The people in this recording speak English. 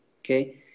okay